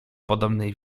podobnej